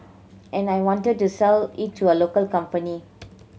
and I wanted to sell it to a local company